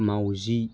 माउजि